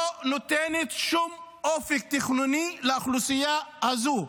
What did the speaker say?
נותנת שום אופק תכנוני לאוכלוסייה הזו.